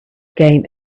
game